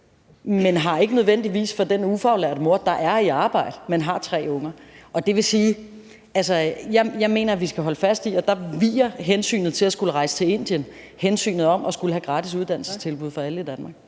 men har det ikke nødvendigvis for den ufaglærte mor, der er i arbejde, men har tre unger. Det vil sige, at jeg mener, at vi skal holde fast i, at hensynet til at skulle rejse til Indien dér viger for hensynet til at skulle have gratis uddannelsestilbud for alle i Danmark.